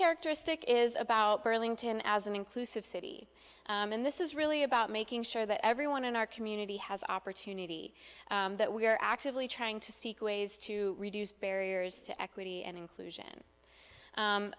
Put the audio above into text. characteristic is about burlington as an inclusive city and this is really about making sure that everyone in our community has opportunity that we are actively trying to seek ways to reduce barriers to equity and inclusion